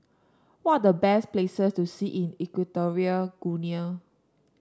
what are the best places to see in Equatorial Guinea